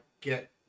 get